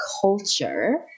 culture